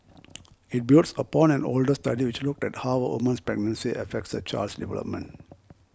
it builds upon an older study which looked at how a woman's pregnancy affects her child's development